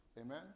Amen